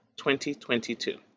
2022